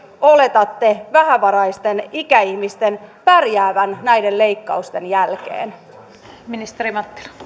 oletatte vähävaraisten ikäihmisten pärjäävän näiden leikkausten jälkeen